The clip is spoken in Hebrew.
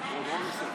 הכנסת,